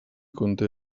conté